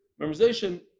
memorization